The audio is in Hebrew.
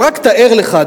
אבל רק תאר לך,